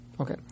Okay